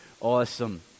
awesome